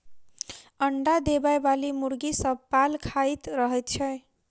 अंडा देबयबाली मुर्गी सभ पाल खाइत रहैत छै